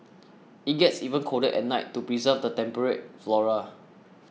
it gets even colder at night to preserve the temperate flora